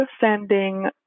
sending